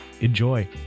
Enjoy